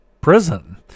prison